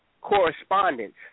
correspondence